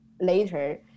later